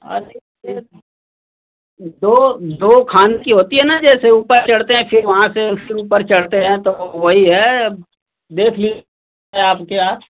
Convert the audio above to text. दो दो खाने की होती है न जैसे ऊपर चढ़ते हैं फिर वहाँ से फिर ऊपर चढ़ते हैं तो वही है देख लीजिए आप क्या